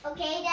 Okay